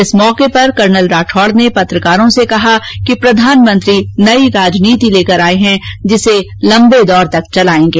इस मौके पर कर्नल राठौड़ ने पत्रकारों से कहा कि प्रधानमंत्री नई राजनीति लेकर आए हैं जिसे लम्बे दौर तक चलाएंगे